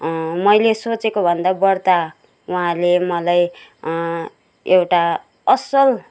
मैले सोचेको भन्दा बढ्ता उहाँले मलाई एउटा असल